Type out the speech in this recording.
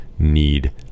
need